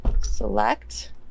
Select